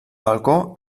balcó